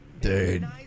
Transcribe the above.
Dude